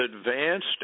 advanced